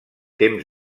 temps